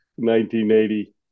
1980